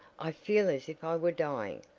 i feel as if i were dying!